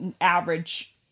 average